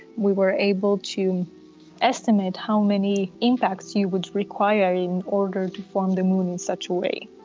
we were able to estimate how many impacts you would require in order to form the moon in such a way.